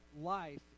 life